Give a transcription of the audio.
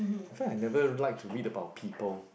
feel like I never like to read about people